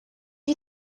you